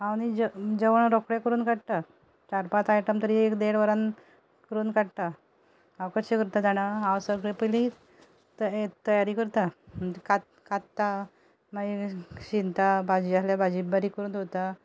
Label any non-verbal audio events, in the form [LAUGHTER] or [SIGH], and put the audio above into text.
हांव न्ही जेव जेवण रोखडें करून काडटा चार पांच आयटम तरी एक देड वरान करून काडटा हांव कशें करता जाणां हांव सगळें पयलीं [UNINTELLIGIBLE] तयारी करतां [UNINTELLIGIBLE] कांत्तां मागीर शिंता भाजी आहल्यार भाजी बारीक करून दवरतां